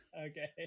Okay